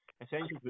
essentially